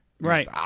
right